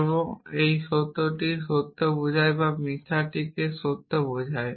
এবং এই সত্যটি সত্য বোঝায় বা মিথ্যাকে সত্য বোঝায়